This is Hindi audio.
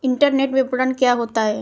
इंटरनेट विपणन क्या होता है?